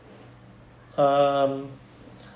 um